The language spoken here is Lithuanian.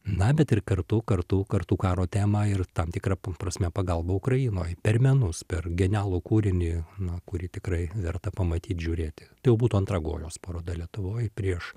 na bet ir kartu kartu kartu karo temą ir tam tikra prasme pagalba ukrainai per menus per genialų kūrinį na kuri tikrai verta pamatyt žiūrėti tai būtų antra gojaus paroda lietuvoj prieš